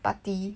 party